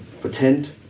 Pretend